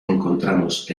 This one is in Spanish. encontramos